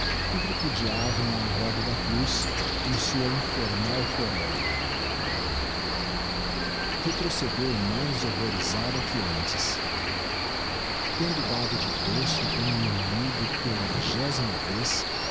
que tripudiavam á roda da cruz em sua infernal choréa retrocedeu mais horrorisada que antes tendo dado de rosto com o inimigo pela vigésima vez